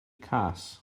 cas